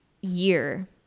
year